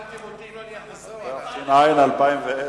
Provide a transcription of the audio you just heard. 2010,